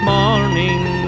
morning